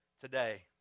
Today